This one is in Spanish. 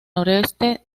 noroeste